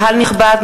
קהל נכבד,